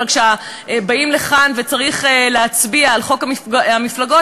אבל כשבאים לכאן וצריך להצביע על חוק המקוואות,